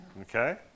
Okay